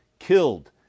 killed